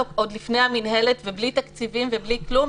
עוד לפני המנהלת ובלי תקציבים ובלי כלום,